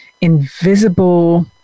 invisible